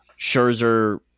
Scherzer